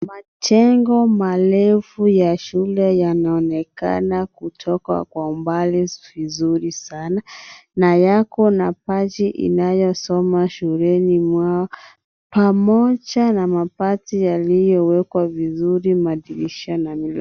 Majengo marefu ya shule yanaonekana kutoka kwa umbali vizuri sana na yako na baji zinayosoma shuleni mwao pamoja na mabati yaliyowekwa vizuri , madirisha na milango.